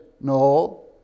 no